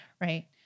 right